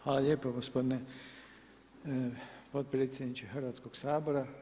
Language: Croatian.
Hvala lijepo gospodine potpredsjedniče Hrvatskoga sabora.